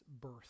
birth